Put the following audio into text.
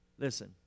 Listen